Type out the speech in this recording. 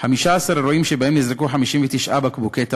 15 אירועים שבהם נזרקו 59 בקבוקי תבערה,